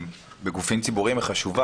בגופים ציבוריים הוא חשוב.